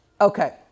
Okay